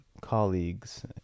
colleagues